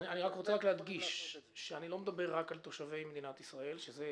אני רוצה להדגיש שאני לא מדבר רק על תושבי מדינת ישראל שזה